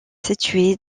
située